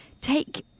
take